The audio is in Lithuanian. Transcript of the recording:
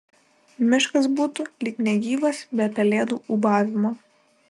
miškas būtų lyg negyvas be pelėdų ūbavimo